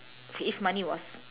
if money was